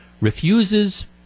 refuses